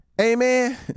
Amen